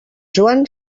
joan